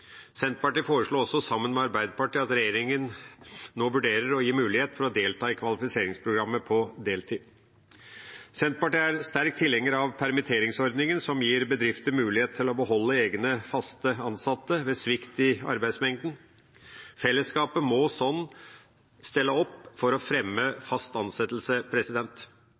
Senterpartiet har her sammen med Arbeiderpartiet og SV forslag om å be regjeringa vurdere å gi mulighet for å delta i kvalifiseringsprogram på deltid. Senterpartiet er sterkt tilhenger av permitteringsordningen, som gir bedrifter mulighet til å beholde egne fast ansatte ved svikt i arbeidsmengden. Fellesskapet må på den måten stille opp for å fremme fast ansettelse.